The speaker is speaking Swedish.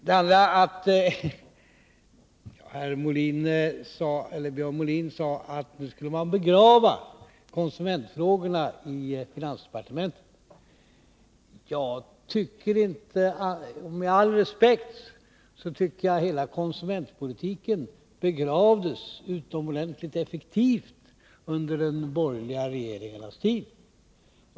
För det andra: Björn Molin sade att man nu skulle begrava konsumentfrågorna i finansdepartementet. Med all respekt tycker jag att hela konsumentpolitiken begravdes utomordentligt effektivt under de borgerliga regeringarnas tid.